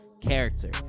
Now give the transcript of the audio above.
character